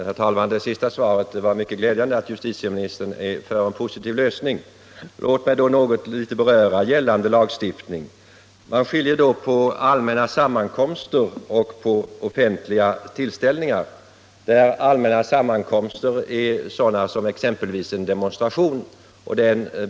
Herr talman! Det senaste beskedet, att justitieministern är för en positiv lösning, var mycket glädjande. Låt mig då något litet beröra gällande lagstiftning. Man skiljer på allmänna sammankomster och offentliga tillställningar. Allmänna sammankomster är sådana som exempelvis en demonstration.